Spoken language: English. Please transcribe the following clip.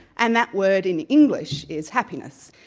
and that word in english is happiness.